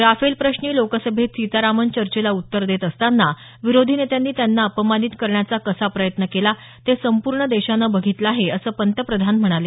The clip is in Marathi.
राफेलप्रश्नी लोकसभेत सीतारामन चर्चेला उत्तर देत असताना विरोधी नेत्यांनी त्यांना अपमानित करण्याचा कसा प्रयत्न केला ते संपूर्ण देशानं बघितलं आहे असं पंतप्रधान म्हणाले